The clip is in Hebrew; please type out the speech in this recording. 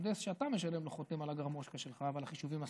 המהנדס שאתה משלם לו חותם על הגרמושקה שלך ועל החישובים הסטטיים,